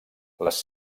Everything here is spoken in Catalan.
les